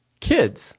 kids